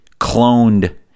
cloned